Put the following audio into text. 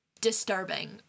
disturbing